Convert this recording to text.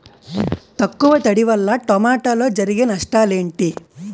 తక్కువ తడి వల్ల టమోటాలో జరిగే నష్టాలేంటి?